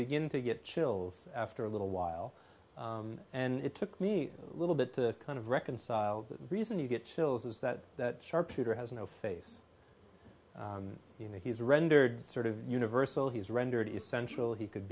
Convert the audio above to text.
begin to get chills after a little while and it took me a little bit to kind of reconcile the reason you get chills is that sharpshooter has no face you know he's rendered sort of universal he's rendered essential he could